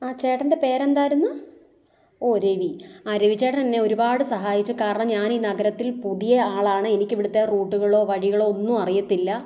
ആ ചേട്ടൻ്റെ പേരെന്തായിരുന്നു ഓ രവി ആ രവി ചേട്ടൻ എന്നെ ഒരുപാട് സഹായിച്ചു കാരണം ഞാൻ ഈ നഗരത്തിൽ പുതിയ ആളാണ് എനിക്കിവിടത്തെ റൂട്ടുകളോ വഴികളോ ഒന്നും അറിയത്തില്ല